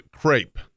crepe